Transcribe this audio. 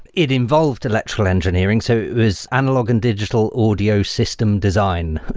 it involved electrical engineering. so it was analog and digital audio system design,